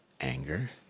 anger